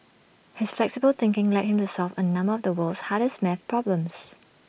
his flexible thinking led him to solve A number of the world's hardest math problems